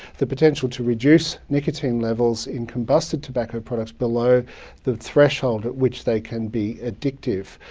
the potential to reduce nicotine levels in combustible tobacco products below the threshold at which they can be addictive.